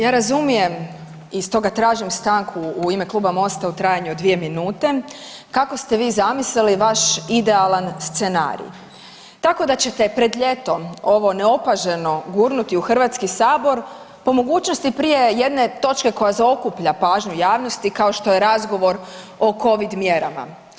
Ja razumijem i stoga tražim stanku u ime kluba Mosta u trajanju od dvije minute kako ste vi zamislili vaš idealan scenarij, tako da ćete pred ljeto ovo neopaženo gurnuti u HS po mogućnosti prije jedne točke koja zaokuplja pažnju javnosti kao što je razgovor o covid mjerama.